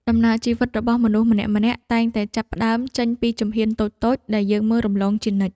ដំណើរជីវិតរបស់មនុស្សម្នាក់ៗតែងតែចាប់ផ្ដើមចេញពីជំហានតូចៗដែលយើងមើលរំលងជានិច្ច។